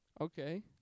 Okay